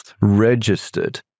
registered